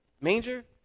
Manger